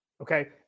Okay